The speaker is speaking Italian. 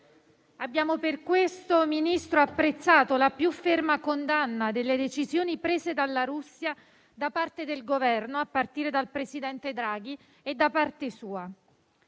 Abbiamo per questo apprezzato la più ferma condanna delle decisioni prese dalla Russia da parte del Governo, a partire dal presidente Draghi, e da parte sua.